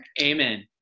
Amen